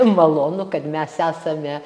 malonu kad mes esame